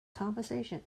conversation